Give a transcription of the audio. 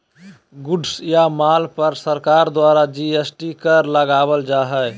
goods या माल पर सरकार द्वारा जी.एस.टी कर लगावल जा हय